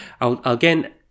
again